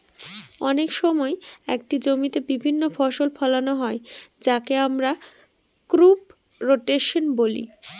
অনেক সময় একটি জমিতে বিভিন্ন ফসল ফোলানো হয় যাকে আমরা ক্রপ রোটেশন বলি